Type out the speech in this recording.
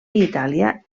itàlia